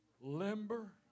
limber